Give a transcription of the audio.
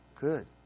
good